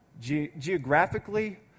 Geographically